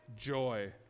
joy